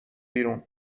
بیرون